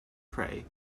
pray